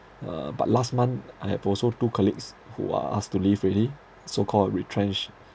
uh but last month I have also two colleagues who are asked to leave already so called retrenched